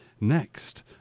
Next